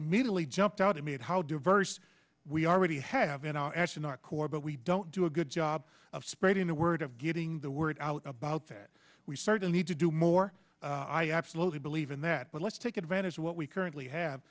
immediately jumped out at me of how diverse we are already have in our action our core but we don't do a good job of spreading the word of getting the word out about that we certainly need to do more i absolutely believe in that but let's take advantage of what we currently have